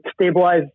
stabilize